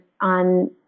on